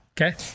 Okay